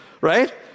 right